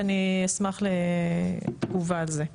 ואני אשמח לתגובה על זה.